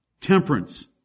temperance